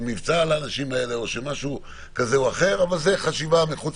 צריך אולי לעשות מבצע לאנשים האלה או משהו כזה או אחר אבל זו חשיבה מחוץ